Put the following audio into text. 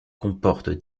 comporte